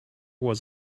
was